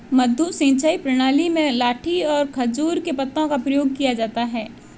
मद्दू सिंचाई प्रणाली में लाठी और खजूर के पत्तों का प्रयोग किया जाता है